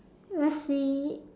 let's see